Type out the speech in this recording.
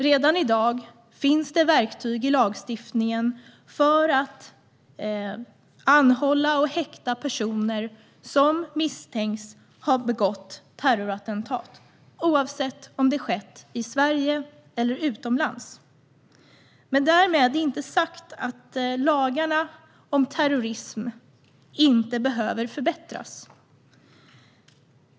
Redan i dag finns det verktyg i lagstiftningen för att anhålla och häkta personer som misstänks ha begått terrorattentat, oavsett om det har skett i Sverige eller utomlands. Därmed inte sagt att lagarna om terrorism inte behöver förbättras.